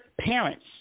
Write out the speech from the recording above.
parents